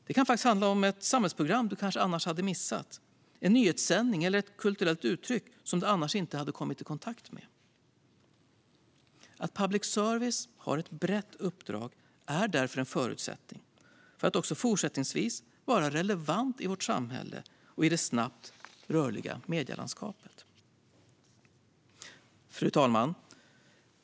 Det kan handla om ett samhällsprogram som man annars hade missat, en nyhetssändning eller ett kulturellt uttryck som man annars inte hade kommit i kontakt med. Att public service har ett brett uppdrag är därför en förutsättning för att den också fortsättningsvis ska vara relevant i vårt samhälle och i det snabbt rörliga medielandskapet. Fru talman!